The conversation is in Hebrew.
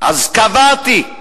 אז קבעתי.